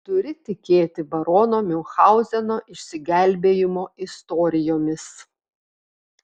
turi tikėti barono miunchauzeno išsigelbėjimo istorijomis